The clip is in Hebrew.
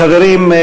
חברים,